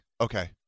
Okay